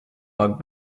bug